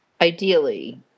ideally